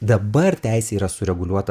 dabar teisė yra sureguliuota